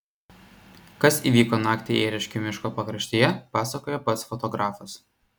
kas įvyko naktį ėriškių miško pakraštyje pasakoja pats fotografas